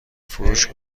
فروش